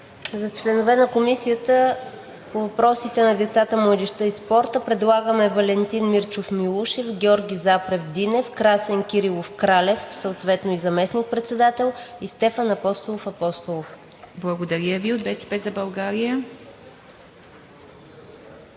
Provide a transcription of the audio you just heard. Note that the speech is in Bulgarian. За членове на Комисията по въпросите на децата, младежта и спорта предлагаме: Валентин Мирчов Милушев, Георги Запрев Динев, Красен Кирилов Кралев – съответно и заместник-председател, и Стефан Апостолов Апостолов. ПРЕДСЕДАТЕЛ ИВА МИТЕВА: Благодаря